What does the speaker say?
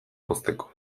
mozteko